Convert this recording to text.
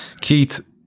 Keith